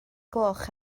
gloch